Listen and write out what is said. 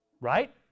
Right